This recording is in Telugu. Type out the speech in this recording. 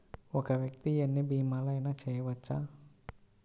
ఒక్క వ్యక్తి ఎన్ని భీమలయినా చేయవచ్చా?